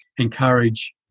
encourage